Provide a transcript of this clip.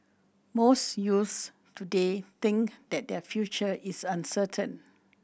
most youths today think that their future is uncertain